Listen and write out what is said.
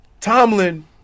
Tomlin